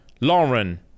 Lauren